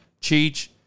Cheech